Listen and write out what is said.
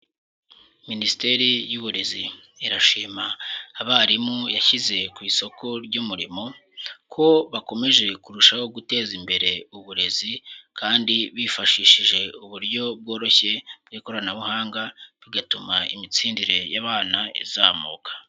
Minisiteri y'Uburezi irashima abarimu yashyize ku isoko ry'umurimo ko bakomeje kurushaho guteza imbere uburezi kandi bifashishije uburyo bworoshye bw'ikoranabuhanga, bigatuma imitsindire y'abana izamuka.